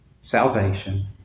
salvation